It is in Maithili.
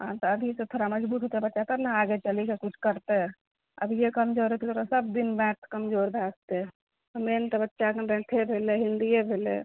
अभिसे थोड़ा मजबूत हेतै बच्चा तब ने आगे चलि कऽ कुछ करतै अभिये कमजोर भय जेतै तऽ सभ दिन मैथ्स कमजोर भय जेतै मैन तऽ बच्चाके मैथए भेलै हिन्दीये भेलै